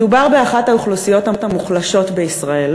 מדובר באחת האוכלוסיות המוחלשות בישראל,